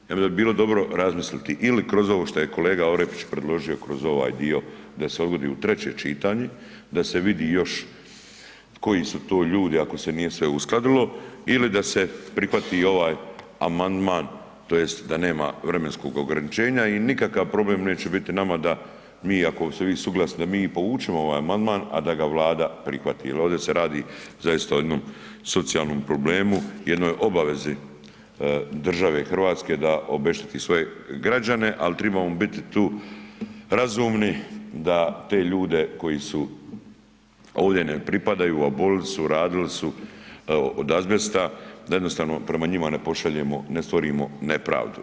Ja mislim da bi bilo dobro razmisliti ili kroz ovo što je kolega Orepić predložio kroz ovaj dio da se odgodi u treće čitanje, da se vidi još koji su to ljudi ako se nije sve uskladilo, ili da se prihvati i ovaj amandman tj. da nema vremenskog ograničenja i nikakav problem neće biti nama da mi, ako se vi suglasite da mi i povučemo ovaj amandman, a da ga Vlada prihvati jer ovdje se radi zaista o jednom socijalnom problemu, jednoj obavezi države Hrvatske da obešteti svoje građane, ali trebamo biti tu razumni da te ljude koji su ovdje ne pripadaju, a obolili su, radili su od azbesta, da jednostavno prema njima ne pošaljemo, ne stvorimo nepravdu.